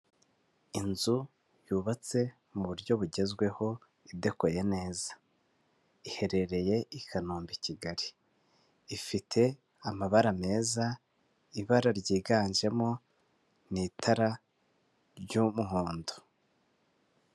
Inzu yubatse mu buryo bugezweho iteguye neza, iherereye i Kanombe i Kigali ifite amabara meza, ibara ryiganjemo n'itara ry'umuhondo.